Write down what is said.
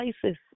places